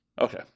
Okay